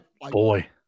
boy